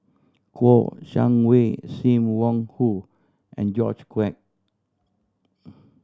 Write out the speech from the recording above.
Kouo Shang Wei Sim Wong Hoo and George Quek